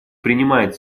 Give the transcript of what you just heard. принимает